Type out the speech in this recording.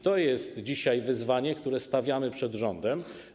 To jest dzisiaj wyzwanie, które stawiamy przed rządem.